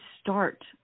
start